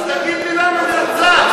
אז תגיד לי למה הוא נרצח.